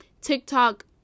TikTok